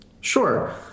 Sure